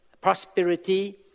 prosperity